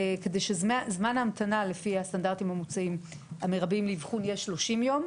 כדי שזמן ההמתנה המרבי לאבחון לפי הסטנדרטים המוצעים יהיה 30 יום,